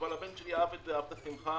הבן שלי אהב את זה אהב את השמחה,